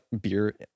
beer